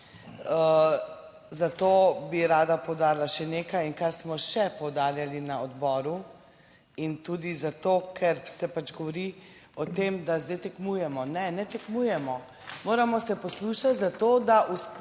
Zato bi rada poudarila še nekaj in kar smo še poudarjali na odboru in tudi zato, ker se pač govori o tem, da zdaj tekmujemo. Ne, ne tekmujemo, moramo se poslušati zato, da vzpostavimo